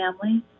family